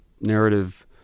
narrative